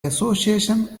association